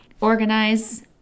organize